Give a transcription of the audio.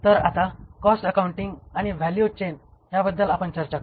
तर आता cost accounting आणि व्हॅल्यू चेन याबद्दल आपण चर्चा करू